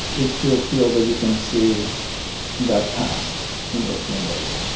you still feel that you can see that past in those windows.